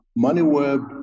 MoneyWeb